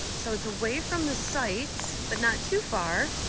so it's away from the sites but not too far.